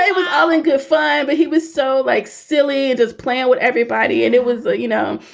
it was all in good fun but he was so, like, silly and is playing with everybody. and it was you know,